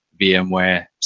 VMware